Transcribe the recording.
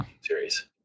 series